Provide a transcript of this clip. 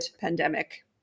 pandemic